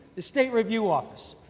the state review office.